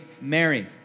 Mary